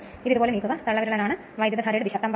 ഇത് ഒരു ഷോർട്ട് സർക്യൂട്ടാണ്